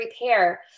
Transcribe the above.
repair